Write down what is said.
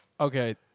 Okay